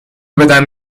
بدم